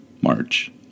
March